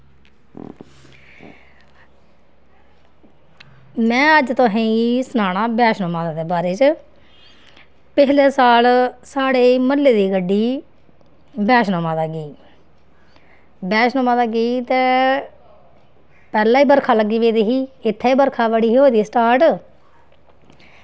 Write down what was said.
में अज्ज तुसेंगी सनाना बैष्णो माता दे बारे च पिछले साल साढ़े म्हल्ले दी गड्डी बैष्णो माता गेई बैष्णो माता गेई ते पैह्लें गै बरखा लग्गी पेदी ही इत्थें बी बरखा बड़ी ही होऐ दी स्टार्ट